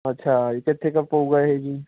ਅੱਛਾ ਕਿੱਥੇ ਕੁ ਪਊਗਾ ਇਹ ਜੀ